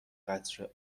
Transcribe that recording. قطره